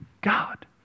God